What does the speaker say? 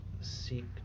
seek